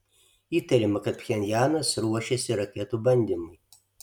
įtariama kad pchenjanas ruošiasi raketų bandymui